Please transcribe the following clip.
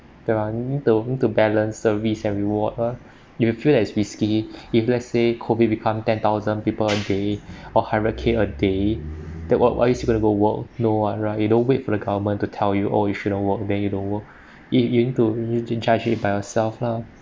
thereon you need to need to balance the risk and reward ah you'll feel that's risky if let's say COVID become ten thousand people a day or a hundred K a day then why why you still go to work no want right you don't wait for the government to tell you oh you shouldn't work then you don't work it went to you need to judge it by yourself lah